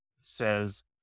says